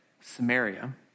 Samaria